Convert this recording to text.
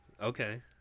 Okay